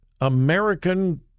American